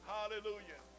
Hallelujah